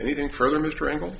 anything further mr engle